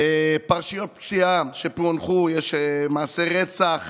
פרשיות פשיעה שפוענחו, יש מעשי רצח